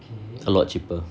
a lot cheaper